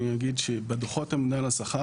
אני אגיד שבדוחות הממונה על השכר,